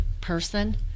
person